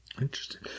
Interesting